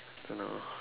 don't know